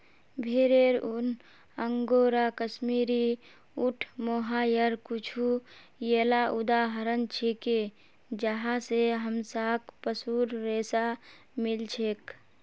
भेरेर ऊन, अंगोरा, कश्मीरी, ऊँट, मोहायर कुछू येला उदाहरण छिके जहाँ स हमसाक पशुर रेशा मिल छेक